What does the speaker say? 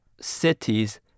cities